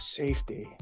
safety